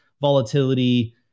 volatility